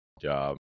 job